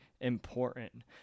important